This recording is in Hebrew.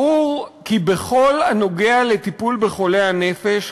שברור כי בכל הנוגע לטיפול בחולי הנפש,